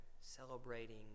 celebrating